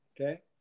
Okay